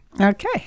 Okay